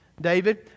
David